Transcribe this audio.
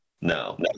No